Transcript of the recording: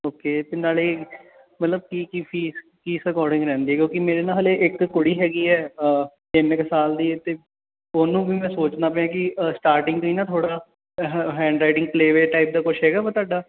okay ਤੇ ਨਾਲੇ ਮਤਲਬ ਕੀ ਕੀ ਫੀਸ ਕਿਸ ਅਕੋਰਡਿੰਗ ਲੈਂਦੇ ਕਿਉਂਕਿ ਮੇਰੇ ਨਾਲ ਹਲੇ ਇੱਕ ਕੁੜੀ ਹੈਗੀ ਹੈ ਤਿੰਨ ਕੁ ਸਾਲ ਦੀ ਅਤੇ ਉਹਨੂੰ ਵੀ ਮੈਂ ਸੋਚਦਾ ਪਿਆ ਕਿ ਸਟਾਰਟਿੰਗ 'ਤੇ ਹੀ ਨਾ ਥੋੜ੍ਹਾ ਹੈਂ ਹੈਂਡਰਾਈਟਿੰਗ ਪਲੇਅ ਵੇ ਟਾਈਪ ਦਾ ਕੁਛ ਹੈਗਾ ਵਾ ਤੁਹਾਡਾ